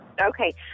okay